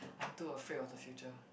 I too afraid of the future